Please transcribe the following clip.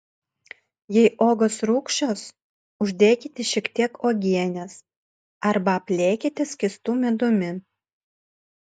jei uogos rūgščios uždėkite šiek tiek uogienės arba apliekite skystu medumi